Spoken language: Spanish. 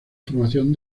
formación